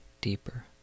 deeper